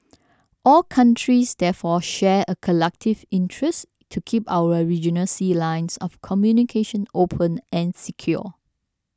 all countries therefore share a collective interest to keep our regional sea lines of communication open and secure